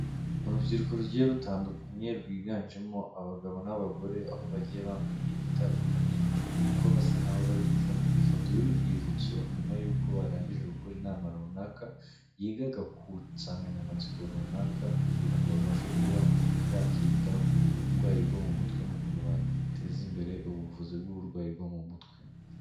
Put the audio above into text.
Urubyiruko rugiye rutandukanye, rwiganjemo abagabo n'abagore, aho bagiye bambaye imyenda itandukanye, aho basa nkaho bari gufata ifoto y'urwibutso, nyuma y'uko barangije gukora inama runaka, yigaga ku nsanganyamatsiko runaka, kugira ngo babashe kuba bakita ku burwayi bwo mu mutwe n'ukuntu bateza imbere ubuvuzi bw'uburwayi bwo mu mutwe.